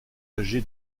âgé